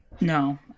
No